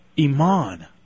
Iman